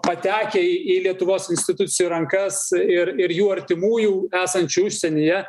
patekę į į lietuvos institucijų rankas ir ir jų artimųjų esančių užsienyje